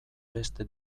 beste